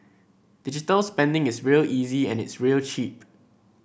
digital spending is real easy and it's real cheap